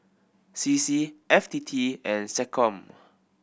C C F T T and SecCom